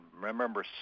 remember